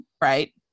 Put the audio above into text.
right